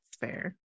fair